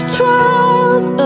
trials